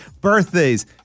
Birthdays